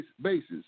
basis